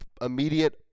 immediate